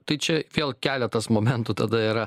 tai čia vėl keletas momentų tada yra